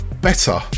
better